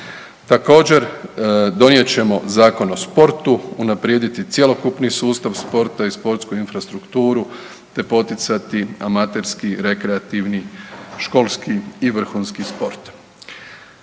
Također, donijet ćemo Zakon o sportu, unaprijediti cjelokupni sustav i sportsku infrastrukturu te poticati amaterski, rekreativni, školski i vrhunski sport.